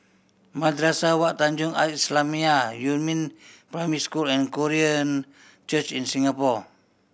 Madrasah Wak Tanjong Al Islamiah Yumin Primary School and Korean Church in Singapore